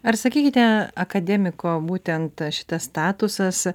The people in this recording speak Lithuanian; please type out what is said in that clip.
ar sakykite akademiko būtent šitas statusas